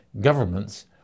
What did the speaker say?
governments